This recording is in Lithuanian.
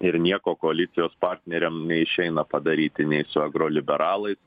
ir nieko koalicijos partneriam neišeina padaryti nei su agro liberalais